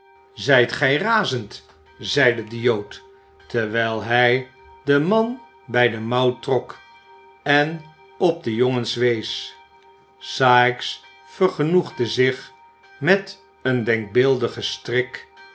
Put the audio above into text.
zijt gij razend zeide de jood terwijl hij den man bij de mouw trok en op de jongens wees sikes vergenoegde zich met een denkbeeldigen strik